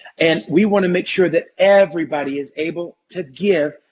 and we want to be sure that everybody is able to give,